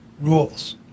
rules